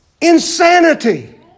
insanity